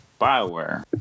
Bioware